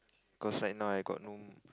cause like now I got no